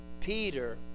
Peter